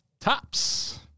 tops